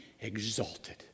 exalted